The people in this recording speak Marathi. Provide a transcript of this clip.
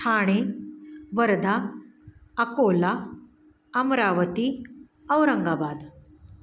ठाणे वर्धा अकोला अमरावती औरंगाबाद